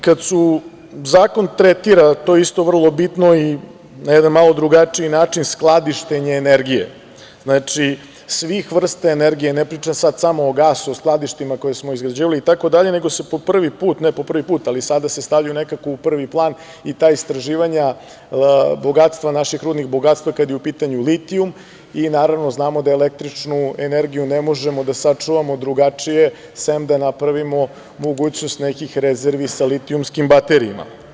Kada se zakon tretira, to je isto vrlo bitno, i na jedan malo drugačiji način skladištenje energije, znači, svih vrsta energije, ne pričam sada samo o gasu, o skladištima koja smo izgrađivali, nego se po prvi put, ne po prvi put, ali sada se stavljaju nekako u prvi plan i ta istraživanja naših rudnih bogatstava kada je u pitanju litijum i naravno znamo da električnu energiju ne možemo da sačuvamo drugačije sem da napravimo mogućnost nekih rezervi sa litijumskim baterijama.